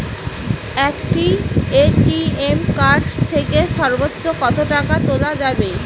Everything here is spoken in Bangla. একটি এ.টি.এম কার্ড থেকে সর্বোচ্চ কত টাকা তোলা যাবে?